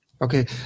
Okay